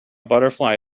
butterfly